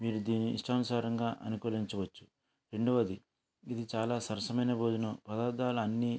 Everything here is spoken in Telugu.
మీరు దీన్ని ఇష్టానుసారంగా అనుకూలించవచ్చు రెండవది ఇది చాలా సరసమైన భోజన పదార్థాలు అన్ని